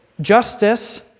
justice